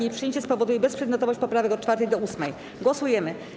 Jej przyjęcie spowoduje bezprzedmiotowość poprawek od 4. do 8. Głosujemy.